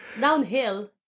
Downhill